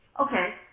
Okay